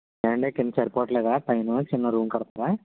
ఏవండి కింద సరిపోట్లేదా పైన చిన్న రూమ్ కడతారా